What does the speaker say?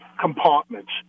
compartments